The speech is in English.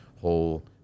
whole